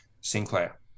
sinclair